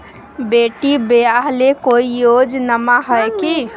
बेटी ब्याह ले कोई योजनमा हय की?